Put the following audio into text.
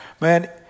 man